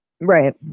Right